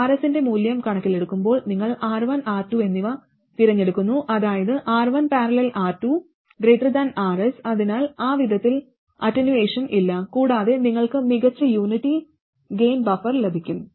Rs ന്റെ മൂല്യം കണക്കിലെടുക്കുമ്പോൾ നിങ്ങൾ R1 R2 എന്നിവ തിരഞ്ഞെടുക്കുന്നു അതായത് R1||R2 Rs അതിനാൽ ആ വിധത്തിൽ അറ്റനുവേഷൻ ഇല്ല കൂടാതെ നിങ്ങൾക്ക് മികച്ച യൂണിറ്റി ഗെയിൻ ബഫർ ലഭിക്കും